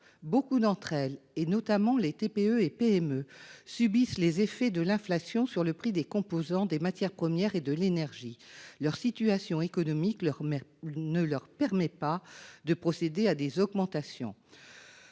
Beaucoup d'entre elles, notamment les TPE et PME, subissent les effets de l'inflation sur le prix des composants, des matières premières et de l'énergie. Leur situation économique ne leur permet pas de procéder à des augmentations.